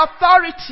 authority